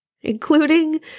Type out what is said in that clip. including